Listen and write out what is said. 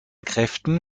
kräften